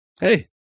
Hey